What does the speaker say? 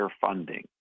funding